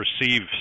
receive